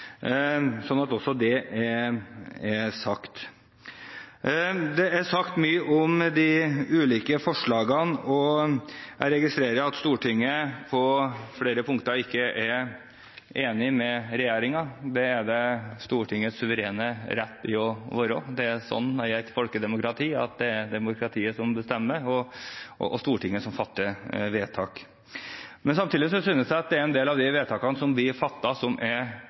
sånn at også det er sagt. Det er sagt mye om de ulike forslagene. Jeg registrerer at Stortinget på flere punkter ikke er enig med regjeringen. Det er Stortingets suverene rett til å være det. Det er slik i et folkedemokrati at det er demokratiet som bestemmer, og Stortinget som fatter vedtak. Samtidig synes jeg at en del av de vedtakene som fattes, er ukloke. Jeg synes det burde vært tettet en del åpenbare hull i den ordningen som er